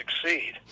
succeed